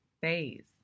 phase